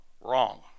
wrong